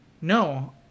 no